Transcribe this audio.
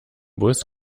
bus